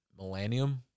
millennium